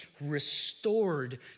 restored